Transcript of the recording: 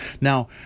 Now